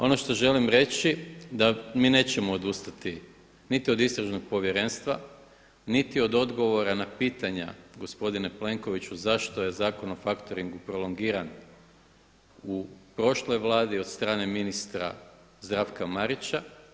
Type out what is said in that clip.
Ono što želim reći da mi nećemo odustati niti od istražnog povjerenstva, niti od odgovora na pitanja gospodine Plenkoviću zašto je Zakon o faktoringu prolongiran u prošloj Vladi od strane ministra Zdravka Marića.